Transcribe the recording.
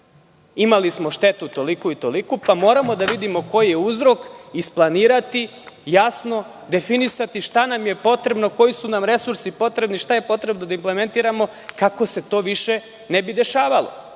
Imali smo štetu toliku i toliku, moramo da vidimo koji je uzrok, isplanirati, jasno definisati šta nam je potrebno, koji su nam resursi potrebni, šta je potrebno da implementiramo kako se to više ne bi dešavalo.